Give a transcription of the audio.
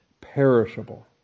Perishable